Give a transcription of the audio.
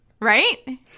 Right